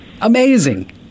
Amazing